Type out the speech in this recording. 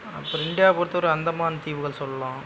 அப்புறம் இண்டியாவை பொறுத்த வரையும் அந்தமான் தீவுகள் சொல்லலாம்